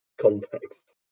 context